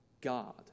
God